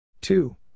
two